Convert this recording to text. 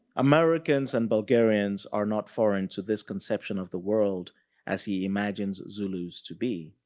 americans and bulgarians are not foreign to this conception of the world as he imagines zulus to be.